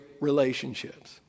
relationships